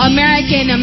American